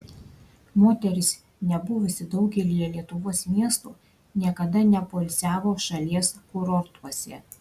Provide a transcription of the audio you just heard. moteris nebuvusi daugelyje lietuvos miestų niekada nepoilsiavo šalies kurortuose